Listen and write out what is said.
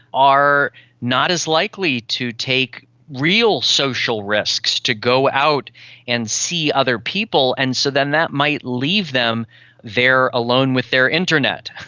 are not as likely to take real social risks, to go out and see other people, and so then that might leave them alone with their internet.